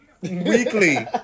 Weekly